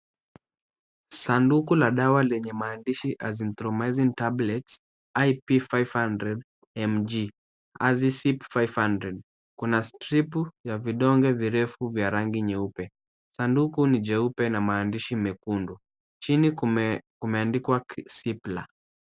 Sanduku la dawa lenye maandishi Azithromycin tablets IP 500mg AZICIP-500. Kuna stripu ya vidonge virefu vya rangi nyeupe. Sanduku ni jeupe na maandishi mekundu. Chini kumeandikwa Cipla.